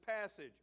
passage